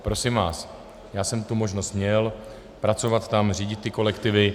Prosím vás, já jsem tu možnost měl pracovat tam, řídit ty kolektivy.